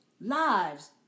lives